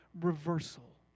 reversal